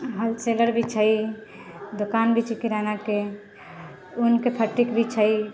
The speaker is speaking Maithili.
होलसेलर भी छै दुकान भी छै किरानाके ऊनके फैक्टरी भी छै